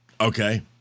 Okay